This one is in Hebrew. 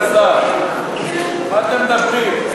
על מה אתם מדברים?